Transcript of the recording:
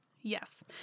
Yes